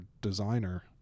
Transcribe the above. designer